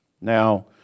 Now